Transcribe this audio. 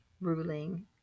ruling